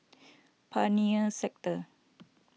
Pioneer Sector